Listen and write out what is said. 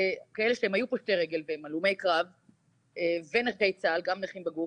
כאלה שהיו פושטי רגל והם הלומי קרב ונכי צה"ל גם נכים בגוף,